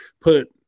put